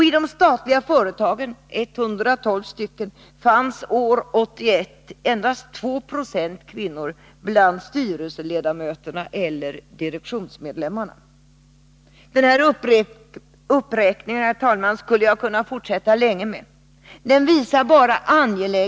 I de statliga företagen — 112 stycken — var år 1981 endast 2 96 av styrelseledamöterna eller direktionsmedlemmarna kvinnor. Herr talman! Jag skulle kunna fortsätta länge med den här uppräkningen.